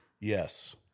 Yes